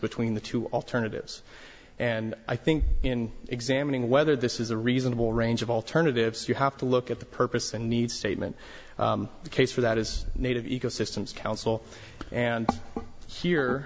between the two alternatives and i think in examining whether this is a reasonable range of alternatives you have to look at the purpose and need statement the case for that is native ecosystem's counsel and here